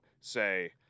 say